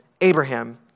Abraham